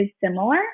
similar